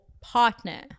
partner